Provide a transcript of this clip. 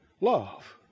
love